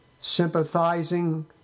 sympathizing